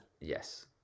Yes